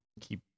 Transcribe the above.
keep